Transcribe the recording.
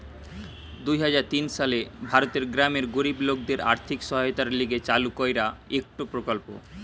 দুই হাজার তিন সালে ভারতের গ্রামের গরিব লোকদের আর্থিক সহায়তার লিগে চালু কইরা একটো প্রকল্প